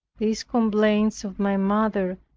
these complaints of my mother,